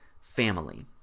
family